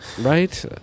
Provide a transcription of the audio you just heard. right